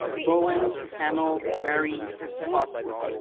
bowen hamel mary spottswood.